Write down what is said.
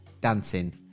dancing